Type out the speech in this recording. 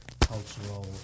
cultural